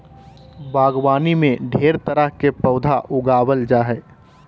बागवानी में ढेर तरह के पौधा उगावल जा जा हइ